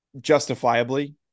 justifiably